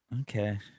okay